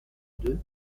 deux